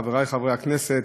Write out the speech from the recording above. חברי חברי הכנסת,